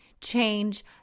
change